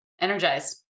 energized